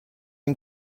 این